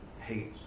Hey